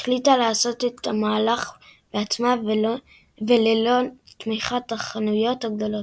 החליטה לעשות את המהלך בעצמה וללא תמיכת החנויות הגדולות.